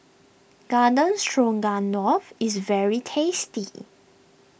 Garden Stroganoff is very tasty